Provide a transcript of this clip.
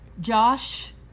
Josh